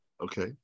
Okay